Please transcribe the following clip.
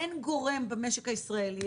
אין גורם במשק הישראלי,